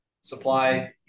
Supply